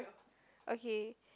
okay